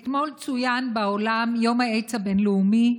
אתמול צוין בעולם יום האיידס הבין-לאומי.